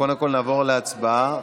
נעבור להצבעה.